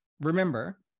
remember